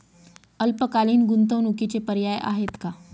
अल्पकालीन गुंतवणूकीचे पर्याय आहेत का?